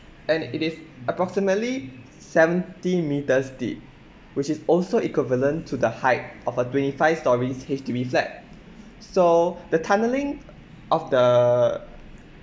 and it is approximately seventy metres deep which is also equivalent to the height of a twenty five storeys H_D_B flat so the tunnelling of the